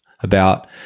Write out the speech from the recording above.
about-